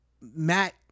Matt